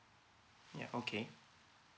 ya okay